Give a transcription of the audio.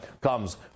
comes